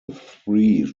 three